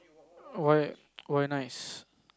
why why nice